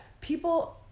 people